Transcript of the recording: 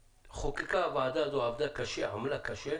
חוקקה הוועדה הזו, עבדה קשה, עמלה קשה